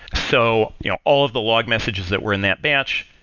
so you know all of the log messages that were in that batch,